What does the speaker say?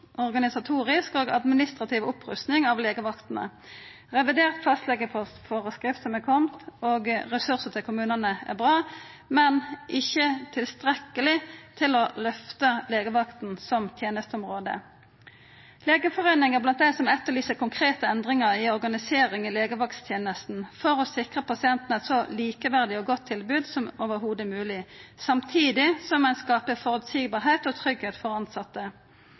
organisatorisk og administrativ opprusting av legevaktene. Revidert fastlegeforskrift, som er komen, og ressursar til kommunane er bra, men ikkje tilstrekkeleg til å løfta legevakta som tenesteområde. Legeforeininga er blant dei som etterlyser konkrete endringar i organisering av legevakttenesta for å sikra pasienten eit så likeverdig og godt tilbod som i det heile mogleg, samtidig som ein skaper føreseielegheit og tryggleik for